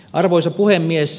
arvoisa puhemies